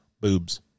boobs